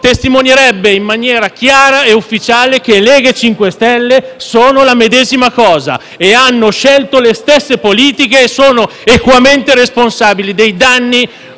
testimonierebbe in maniera chiara e ufficiale che Lega e MoVimento 5 Stelle sono la medesima cosa, hanno scelto le stesse politiche e sono equamente responsabili dei danni